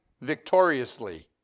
victoriously